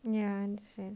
ya